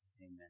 Amen